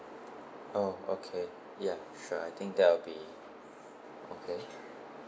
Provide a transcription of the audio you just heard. oh okay ya sure I think that would be okay